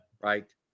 Right